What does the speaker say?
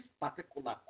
particular